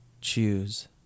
choose